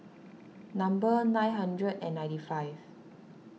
number nine hundred and ninety five